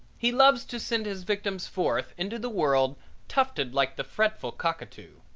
he loves to send his victims forth into the world tufted like the fretful cockatoo.